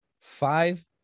five